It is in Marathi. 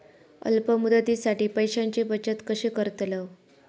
अल्प मुदतीसाठी पैशांची बचत कशी करतलव?